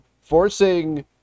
forcing